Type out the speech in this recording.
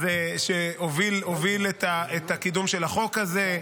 שהוביל את הקידום של החוק הזה,